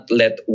let